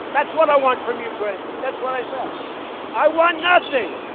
that's what i want from ukraine. that's what i said. i want nothing.